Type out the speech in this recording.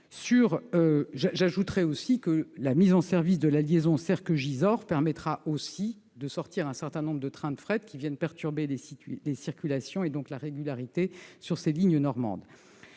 J'ajoute que la mise en service de la liaison Serqueux-Gisors permettra de sortir du trafic un certain nombre de trains de fret qui viennent perturber les circulations, et donc la régularité des dessertes, sur ces lignes normandes.